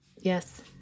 Yes